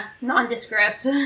nondescript